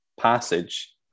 passage